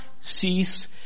cease